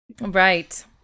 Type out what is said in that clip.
Right